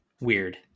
Weird